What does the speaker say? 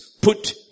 Put